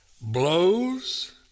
blows